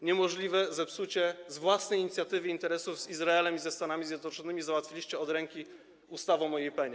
Niemożliwe zepsucie z własnej inicjatywy interesów z Izraelem i ze Stanami Zjednoczonymi załatwiliście od ręki ustawą o IPN-ie.